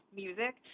music